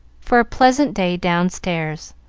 for a pleasant day downstairs.